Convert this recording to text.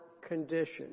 Condition